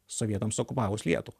sovietams okupavus lietuvą